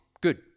good